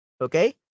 Okay